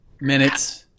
minutes